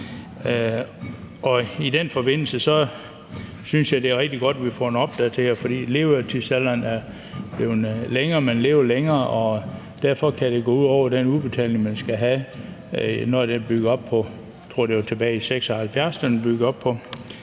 i den forbindelse synes jeg, det er rigtig godt, at vi få den opdateret, for levetidsalderen er blevet længere, man lever længere, og derfor kan det gå ud over den udbetaling, man skal have, når det er bygget på, hvordan levetidsalderen var i 1976.